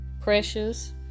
precious